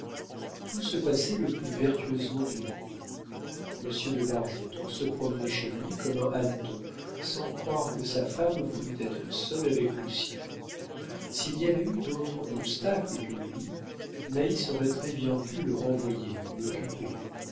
tout se passait le plus vertueusement du monde monsieur de bargeton se promenait chez lui comme un hanneton sans croire que sa femme voulût être seule avec lucien s'il n'y avait eu d'autre obstacle que lui naïs aurait très-bien pu le renvoyer ou